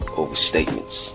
overstatements